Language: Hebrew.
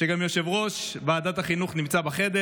כשגם יושב-ראש ועדת החינוך נמצא בחדר